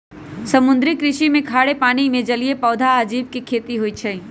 समुद्री कृषि में खारे पानी में जलीय पौधा आ जीव के खेती होई छई